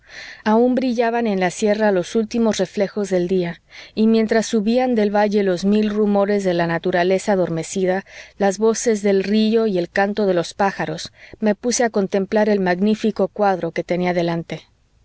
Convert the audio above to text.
aun brillaban en la sierra los últimos reflejos del día y mientras subían del valle los mil rumores de la naturaleza adormecida las voces del río y el canto de los pájaros me puse a contemplar el magnífico cuadro que tenía delante